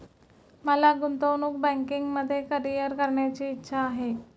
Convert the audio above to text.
मला गुंतवणूक बँकिंगमध्ये करीअर करण्याची इच्छा आहे